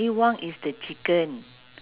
yishun hawker centre